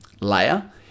layer